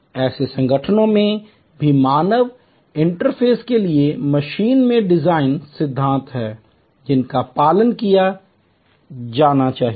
ऐसे संगठनों में भी मानव इंटरफेस के लिए मशीन में डिजाइन सिद्धांत हैं जिनका पालन किया जाना चाहिए